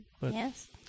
Yes